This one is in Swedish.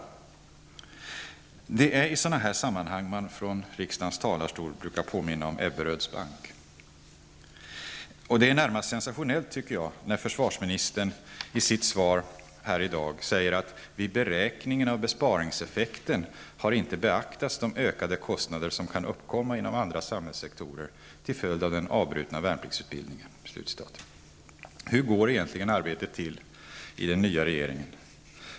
Detta är i sådana sammanhang man här från riksdagens talarstol brukar påminna om Ebberöds bank. Det är närmast sensationellt när försvarsministern i sitt svar här i dag säger: ''Vid beräkningen av besparingseffekten har inte beaktats de ökade kostnader som kan uppkomma inom andra samhällssektorer till följd av den avbrutna värnpliktsutbildningen.'' Hur går egentligen arbetet till i den nya regeringen?